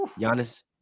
Giannis